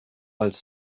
als